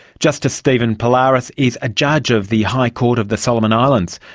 justice stephen pallaras is a judge of the high court of the solomon islands.